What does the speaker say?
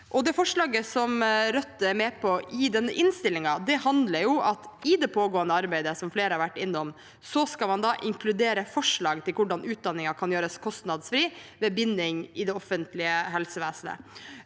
forslaget som Rødt er med på i innstillingen, handler om at man i det pågående arbeidet, som flere har vært innom, skal inkludere forslag til hvordan utdanningen kan gjøres kostnadsfri ved bindingstid i det offentlige helsevesenet.